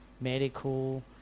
medical